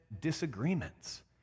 disagreements